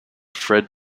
fred